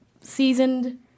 seasoned